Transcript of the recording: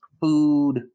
food